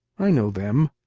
i know them.